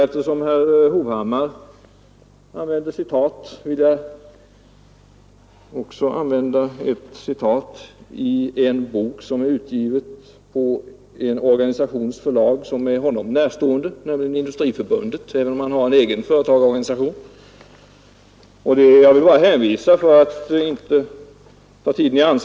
Eftersom herr Hovhammar anförde citat vill jag citera ett stycke ur en bok, utgiven på ett förlag som tillhör Industriförbundet, en herr Hovhammar närstående sammanslutning, även om han själv tillhör en annan företagarorganisation.